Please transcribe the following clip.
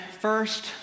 first